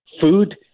food